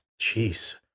Jeez